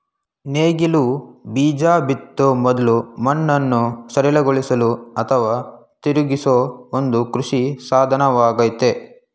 ನೇಗಿಲು ಬೀಜ ಬಿತ್ತೋ ಮೊದ್ಲು ಮಣ್ಣನ್ನು ಸಡಿಲಗೊಳಿಸಲು ಅಥವಾ ತಿರುಗಿಸೋ ಒಂದು ಕೃಷಿ ಸಾಧನವಾಗಯ್ತೆ